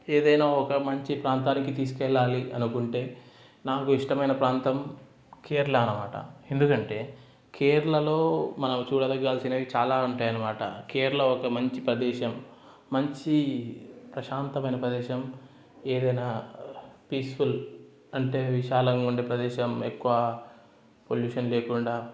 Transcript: ఏదైనా ఒక మంచి ప్రాంతానికి తీసుకెళ్ళాలి అనుకుంటే నాకు ఇష్టమైన ప్రాంతం కేరళ అనమాట ఎందుకంటే కేరళలో మనం చూడవలసినవి చాలా ఉంటాయి అనమాట కేరళ ఒక మంచి ప్రదేశం మంచి ప్రశాంతమైన ప్రదేశం ఏదైనా పీస్ఫుల్ అంటే విశాలంగా ఉండే ప్రదేశం ఎక్కువ పొల్యూషన్ లేకుండా